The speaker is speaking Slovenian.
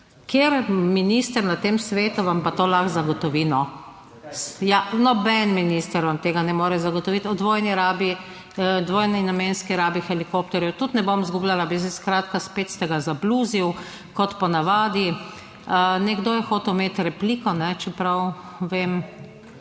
Kateri minister na tem svetu vam pa to lahko zagotovi? Ja, noben minister vam tega ne more zagotoviti o dvojni rabi, dvojni namenski rabi helikopterjev tudi ne bom izgubljala. Skratka, spet ste ga zabluzil kot po navadi. Nekdo je hotel imeti repliko, čeprav vem...